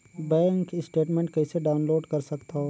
Bank statement कइसे download कर सकथव?